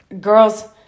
Girls